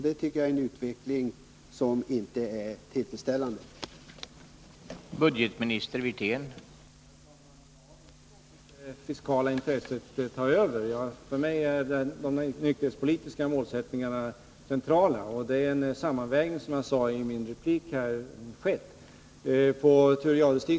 Det är ingen tillfredsställande utveckling.